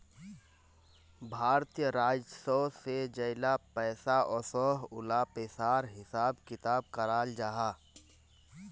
भारतीय राजस्व से जेला पैसा ओसोह उला पिसार हिसाब किताब कराल जाहा